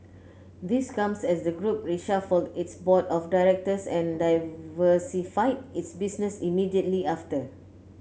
this comes as the group reshuffled its board of directors and diversified its business immediately after